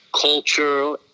Culture